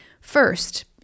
First